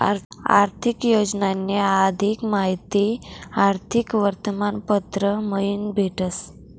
आर्थिक योजनानी अधिक माहिती आर्थिक वर्तमानपत्र मयीन भेटस